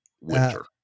winter